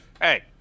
Hey